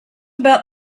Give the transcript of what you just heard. about